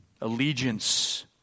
allegiance